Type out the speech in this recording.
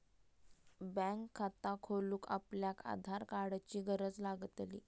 bank खाता खोलूक आपल्याक आधार कार्डाची गरज लागतली